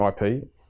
IP